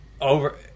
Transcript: over